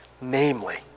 Namely